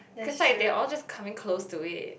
cause like they all just coming close to it